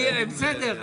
בסדר.